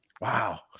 Wow